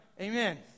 Amen